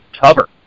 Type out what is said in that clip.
cover